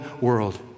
world